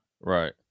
right